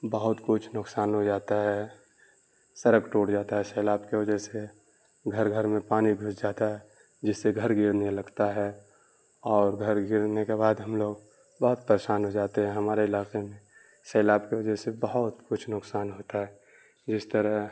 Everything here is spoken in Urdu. بہت کچھ نقصان ہو جاتا ہے سڑک ٹوٹ جاتا ہے سیلاب کی وجہ سے گھر گھر میں پانی گھس جاتا ہے جس سے گھر گرنے لگتا ہے اور گھر گرنے کے بعد ہم لوگ بہت پریشان ہو جاتے ہیں ہمارے علاقے میں سیلاب کی وجہ سے بہت کچھ نقصان ہوتا ہے جس طرح